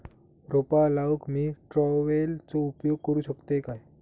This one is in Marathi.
रोपा लाऊक मी ट्रावेलचो उपयोग करू शकतय काय?